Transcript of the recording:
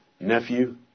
nephew